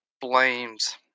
blames